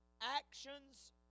actions